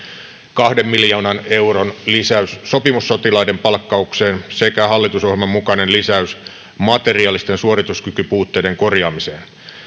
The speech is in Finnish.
kahden miljoonan euron lisäys sopimussotilaiden palkkaukseen sekä hallitusohjelman mukainen lisäys materiaalisten suorituskykypuutteiden korjaamiseen